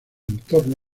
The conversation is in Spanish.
entorno